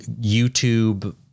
YouTube